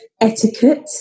etiquette